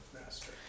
Master